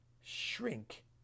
shrink